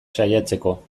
saiatzeko